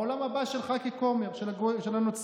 בעולם הבא שלך ככומר, של הנוצרים,